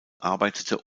arbeitete